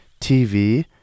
TV